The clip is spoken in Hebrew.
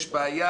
יש בעיה.